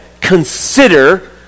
consider